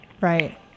Right